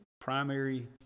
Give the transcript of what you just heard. primary